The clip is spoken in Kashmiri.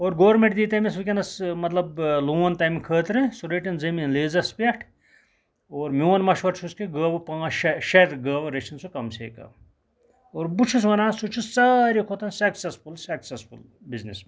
اور گورمینٹ دیہِ تٔمِس وٕنکیٚنَس مَطلَب لون تمہٕ خٲطرٕ سُہ رٔٹِن زمیٖن لیٖزَس پٮ۪ٹھ اور میون مَشوَر چھُس کہٕ گٲوٕ پانٛژھ شیٚے شیٚے گٲوٕ رٔچھِن سُہ کم سے کم اور بہٕ چھُس وَنان سُہ چھُ ساروی کھۄتہٕ سَکسیٚسفُل سَکسیٚسفُل بٕزنٮ۪س مین